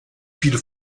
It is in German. viele